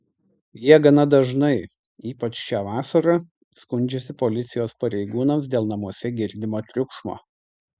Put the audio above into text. jie gana dažnai ypač šią vasarą skundžiasi policijos pareigūnams dėl namuose girdimo triukšmo